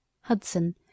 Hudson